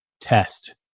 test